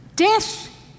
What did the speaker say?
Death